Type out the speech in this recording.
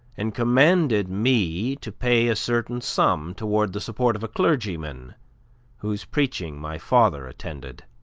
and commanded me to pay a certain sum toward the support of a clergyman whose preaching my father attended,